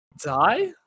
Die